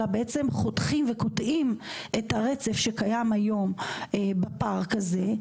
אלא בעצם חותכים וקוטעים את הרצף שקיים היום בפארק הזה,